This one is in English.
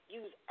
use